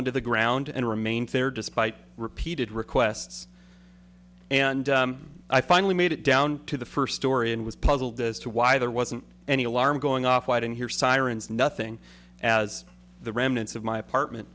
to the ground and remained there despite repeated requests and i finally made it down to the first story and was puzzled as to why there wasn't any alarm going off white and hear sirens nothing as the remnants of my apartment